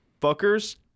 fuckers